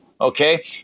Okay